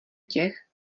těch